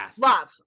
Love